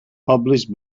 published